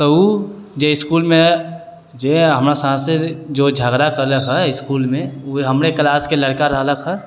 तऽ ओ जे इसकुलमे जे हमरा साथे जे झगड़ा कएलक हइ इसकुलमे ओ हमरे क्लासके लड़का रहलक हइ